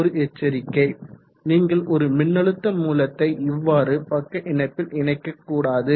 ஒரு எச்சரிக்கை நீங்கள் ஒரு மின்னழுத்த மூலத்தை இவ்வாறு பக்க இணைப்பில் இணைக்கக் கூடாது